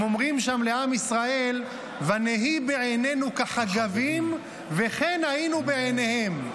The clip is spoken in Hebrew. הם אומרים שם לעם ישראל: "ונהי בעינינו כחגבים וכן היינו בעיניהם".